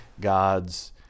God's